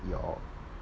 your